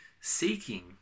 seeking